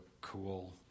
cool